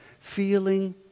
feeling